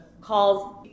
calls